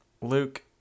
luke